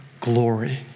glory